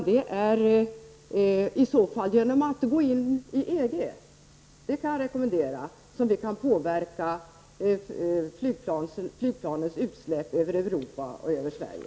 Det är i så fall genom att gå in i EG -- något som jag kan rekommendera -- som vi kan påverka flygplanens utsläpp över Europa och Sverige.